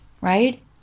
right